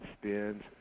spins